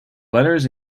letters